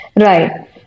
Right